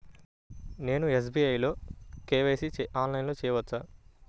నేను ఎస్.బీ.ఐ లో కే.వై.సి ఆన్లైన్లో చేయవచ్చా?